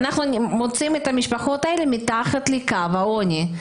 ואנחנו מוצאים את המשפחות האלה מתחת לקו העוני,